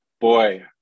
boy